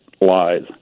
lies